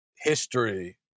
history